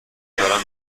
دارم